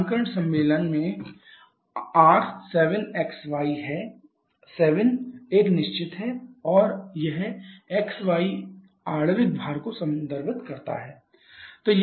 नामकरण सम्मेलन R7xy है 7 एक निश्चित है और यह xy यह आणविक भार को संदर्भित करता है